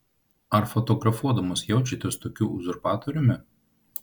ar fotografuodamas jaučiatės tokiu uzurpatoriumi